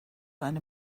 eine